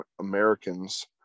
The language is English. Americans